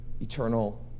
eternal